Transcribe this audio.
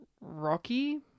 Rocky